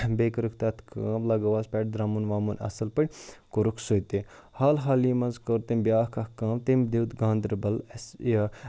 بیٚیہِ کٔرٕکھ تَتھ کٲم لَگٲوہَس پٮ۪ٹھ درٛمُن وَمُن اَصٕل پٲٹھۍ کوٚرُکھ سُہ تہِ حال حالٕے منٛز کوٚر تٔمۍ بیٛاکھ اَکھ کٲم تٔمۍ دیُت گاندَربَل اَسہِ یہِ